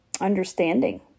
understanding